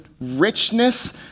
richness